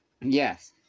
Yes